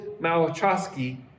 Malachowski